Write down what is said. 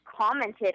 commented